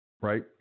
right